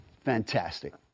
Fantastic